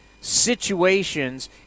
situations